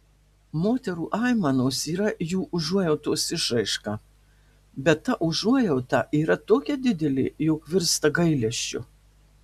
moterų aimanos yra jų užuojautos išraiška bet ta užuojauta yra tokia didelė jog virsta gailesčiu